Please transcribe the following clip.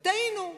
טעינו,